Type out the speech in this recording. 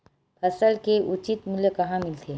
फसल के उचित मूल्य कहां मिलथे?